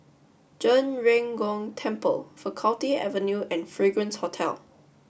Zhen Ren Gong Temple Faculty Avenue and Fragrance Hotel